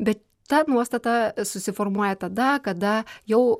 bet ta nuostata susiformuoja tada kada jau